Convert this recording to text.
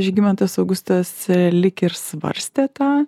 žygimantas augustas lyg ir svarstė tą